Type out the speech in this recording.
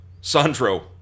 Sandro